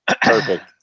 Perfect